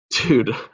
dude